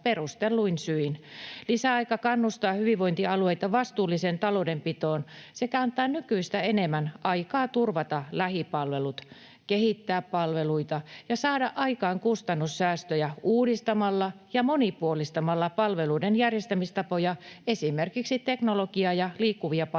Lisäaika kannustaa hyvinvointialueita vastuulliseen taloudenpitoon sekä antaa nykyistä enemmän aikaa turvata lähipalvelut, kehittää palveluita ja saada aikaan kustannussäästöjä uudistamalla ja monipuolistamalla palveluiden järjestämistapoja esimerkiksi teknologiaa ja liikkuvia palveluja